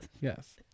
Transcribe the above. yes